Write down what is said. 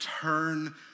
turn